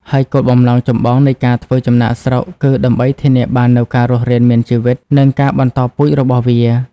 ហើយគោលបំណងចម្បងនៃការធ្វើចំណាកស្រុក គឺដើម្បីធានាបាននូវការរស់រានមានជីវិត និងការបន្តពូជរបស់វា។